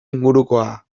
ingurukoa